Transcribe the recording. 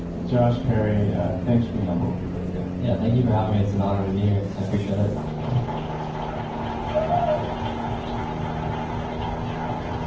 josh perry, thanks for being on bulletproof radio yeah, thank you for having me. it's an honor to be here. i appreciate it um